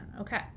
okay